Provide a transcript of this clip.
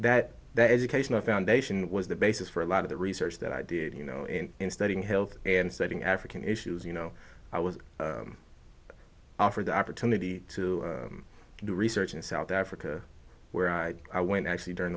that that educational foundation was the basis for a lot of the research that i did you know and in studying health and studying african issues you know i was offered the opportunity to do research in south africa where i went actually during